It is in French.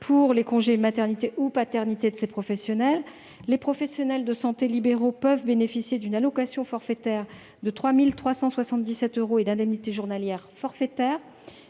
pour les congés maternité ou paternité de ces professionnels. Les professionnels de santé libéraux peuvent bénéficier d'une allocation forfaitaire de 3 377 euros et d'indemnités journalières forfaitaires.